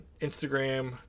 Instagram